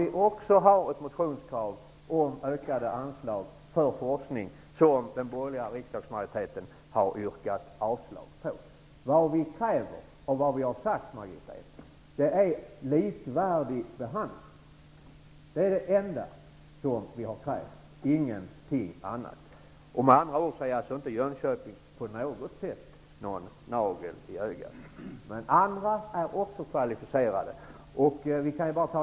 Vi har också framställt krav i motioner om ökade anslag till forskning i Luleå som den borgerliga riksdagsmajoriteten har yrkat avslag på. Vi kräver, Margitta Edgren, likvärdig behandling. Det är det enda vi har krävt. Ingenting annat. Med andra ord är Jönköping inte på något sätt en nagel i ögat. Men även andra högskolor är också kvalificerade.